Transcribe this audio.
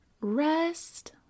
rest